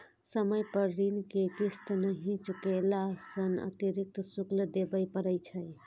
समय पर ऋण के किस्त नहि चुकेला सं अतिरिक्त शुल्क देबय पड़ै छै